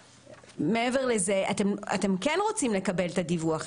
מעבר לזה אתם כן רוצים לקבל את הדיווח.